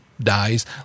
dies